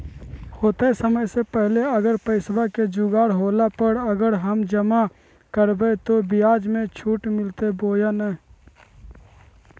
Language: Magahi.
होतय समय से पहले अगर पैसा के जोगाड़ होला पर, अगर हम जमा करबय तो, ब्याज मे छुट मिलते बोया नय?